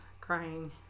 crying